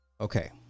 Okay